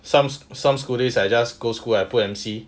some some school days I just go school I put M_C